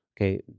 Okay